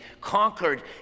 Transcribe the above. conquered